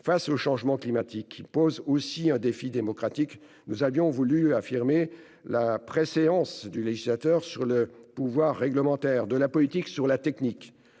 Face aux changements climatiques qui posent aussi un défi démocratique, nous avions voulu affirmer la préséance du législateur sur le pouvoir réglementaire, celle de la politique sur la technique.